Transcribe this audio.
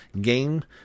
game